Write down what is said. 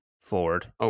Ford